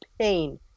pain